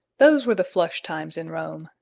those were the flush times in rome,